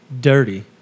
dirty